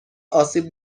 آسیب